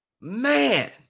man